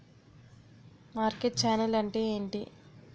Market channel అంటే ఏంటి?